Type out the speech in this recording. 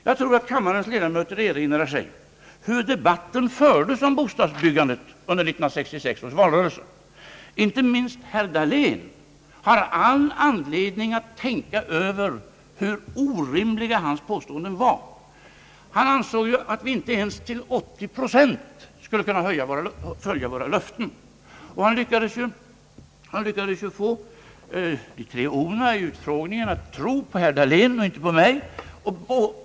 Jag tror att kammarens ledamöter erinrar sig hur debatten om bostadsbyggandet fördes under 1966 års valrörelse. Inte minst herr Dahlén har all anledning att tänka över hur orimliga hans påståenden var. Han ansåg ju att vi inte ens till 80 procent skulle kunna infria våra löften. Han lyckades få de tre O:na i TV:s utfrågning att tro på honom och inte på mig.